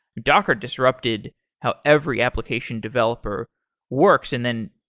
docker disrupted how every application developer works. and then,